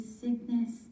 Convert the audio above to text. sickness